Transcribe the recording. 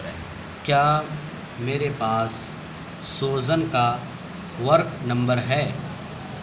کیا میرے پاس سوزن کا ورک نمبر ہے